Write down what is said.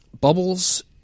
Bubbles